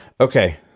Okay